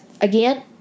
again